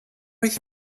ich